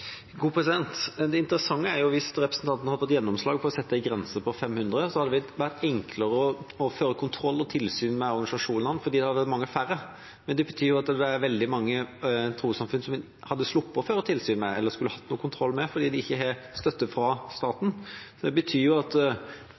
Det interessante er jo at hvis representanten hadde fått gjennomslag for å sette en grense på 500, hadde det vært enklere å føre kontroll og tilsyn med organisasjonene, fordi de hadde vært mange færre. Det betyr at det hadde vært veldig mange trossamfunn en hadde sluppet å føre tilsyn med eller hatt noen kontroll med, fordi de ikke får støtte fra staten. Det betyr at situasjonen kunne blitt mye verre for de menneskene det gjelder. Jeg tror at